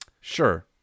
Sure